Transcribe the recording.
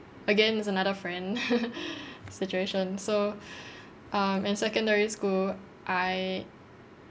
again it's another friend situation so um in secondary school I